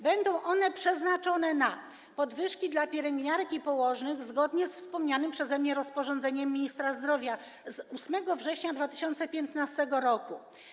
Będą one przeznaczone na podwyżki dla pielęgniarek i położnych zgodnie ze wspomnianym przeze mnie rozporządzeniem ministra zdrowia z 8 września 2015 r.